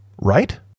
right